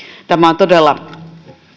tämä on todella